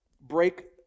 break